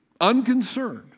unconcerned